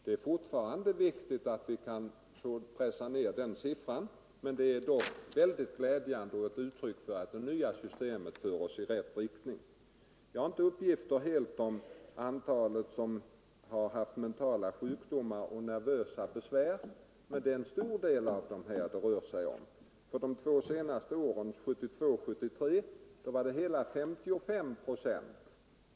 Det är fortfarande mycket viktigt att siffran kan pressas ned, men den minskning som skett är ändå ett uttryck för att det nya systemet verkar i rätt riktning. Jag har inga fullständiga uppgifter om det antal värnpliktiga som haft mentala sjukdomar eller nervösa besvär. Men det rör sig om en stor del av de värnpliktiga. År 1972-1973 var det hela 55 procent.